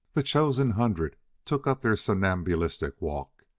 the chosen hundred took up their somnambulistic walk.